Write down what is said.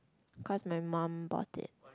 cause my mum bought it